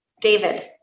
David